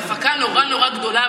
וההפקה נורא נורא גדולה,